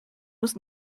was